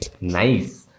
nice